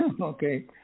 Okay